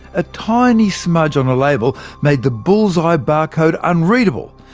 a tiny smudge on a label made the bullseye barcode unreadable.